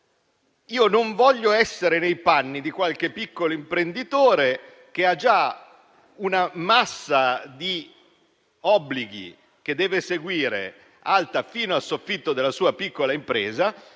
noi. Non voglio essere nei panni di qualche piccolo imprenditore che ha già una massa di obblighi che deve eseguire alta fino al soffitto della sua piccola impresa,